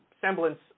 semblance